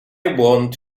want